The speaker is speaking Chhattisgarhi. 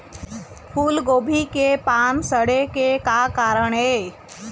फूलगोभी के पान सड़े के का कारण ये?